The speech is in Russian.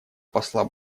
посла